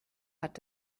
hat